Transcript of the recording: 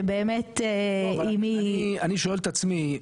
שבאמת היא -- אני שואל את עצמי,